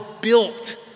built